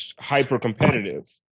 hyper-competitive